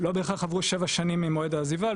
לא בהכרח עברו שבע שנים ממועד העזיבה,